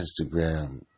Instagram